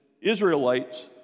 Israelites